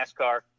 NASCAR